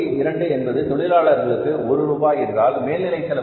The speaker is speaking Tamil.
2 என்பது தொழிலாளர் ஒரு ரூபாய் என்றால் மேல் நிலை செலவு 1